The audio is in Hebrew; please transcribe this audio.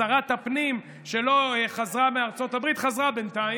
שרת הפנים חזרה מארצות הברית,